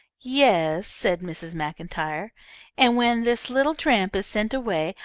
yes, said mrs. maclntyre and when this little tramp is sent away,